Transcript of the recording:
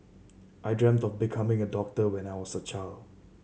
I dreamt of becoming a doctor when I was a child